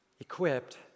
Equipped